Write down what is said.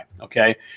okay